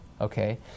Okay